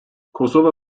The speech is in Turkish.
kosova